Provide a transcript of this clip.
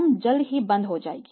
firm जल्द ही बंद हो जाएगी